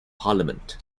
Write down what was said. parliament